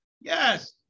Yes